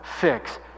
fix